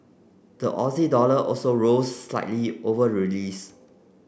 the Aussie dollar also rose slightly over release